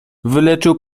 wyleczył